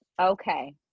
Okay